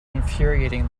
infuriating